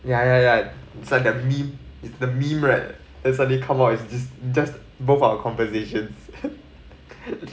ya ya ya it's like a meme it's the meme right suddenly come up with just just both our conversations